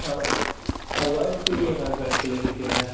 आ आ वाइफ के भी आधार कार्ड के लेबे के हए